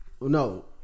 no